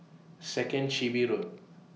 Second Chin Bee Road